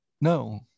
No